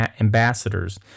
ambassadors